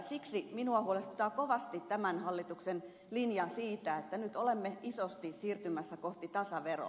siksi minua huolestuttaa kovasti tämän hallituksen linja siitä että nyt olemme isosti siirtymässä kohti tasaveroa